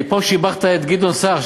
הרי פה שיבחת את גדעון סער.